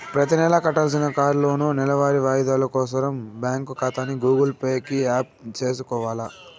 ప్రతినెలా కట్టాల్సిన కార్లోనూ, నెలవారీ వాయిదాలు కోసరం బ్యాంకు కాతాని గూగుల్ పే కి యాప్ సేసుకొవాల